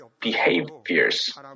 behaviors